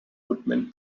woodman